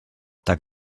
tak